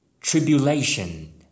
Tribulation